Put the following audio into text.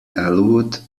elwood